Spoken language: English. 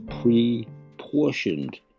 pre-portioned